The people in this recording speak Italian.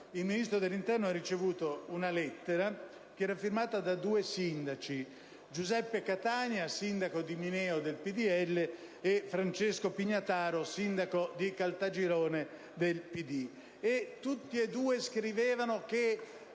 il Ministro dell'interno ha ricevuto una lettera firmata da due sindaci, Giuseppe Castania, sindaco di Mineo, del PdL, e Francesco Pignataro, sindaco di Caltagirone, del PD. Di fronte a questa